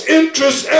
interest